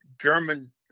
German